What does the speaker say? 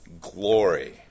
glory